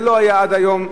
זה לא היה עד היום.